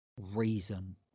reason